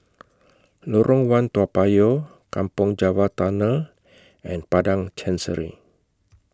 Lorong one Toa Payoh Kampong Java Tunnel and Padang Chancery